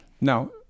now